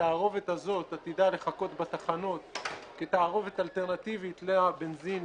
התערובת הזאת עתידה לחכות בתחנות כתערובת אלטרנטיבית לבנזין,